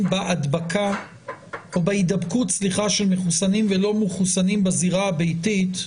בהידבקות של מחוסנים ולא מחוסנים בזירה הביתית,